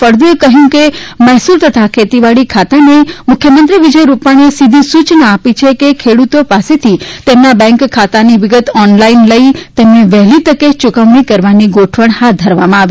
ફળદએ કહ્યું હતું કે મહેસૂલ તથા ખેતીવાડી ખાતાને મુખ્યમંત્રી વિજય રૂપાણીએ સીધી સૂચના આપી છે કે ખેડૂતો પાસેથી તેમના બેંક ખાતાની વિગત ઓન લાઇન લઈ તેમને વહેલી તકે યુકવણી કરવાની ગોઠવણ હાથ ધરવામાં આવે